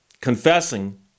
confessing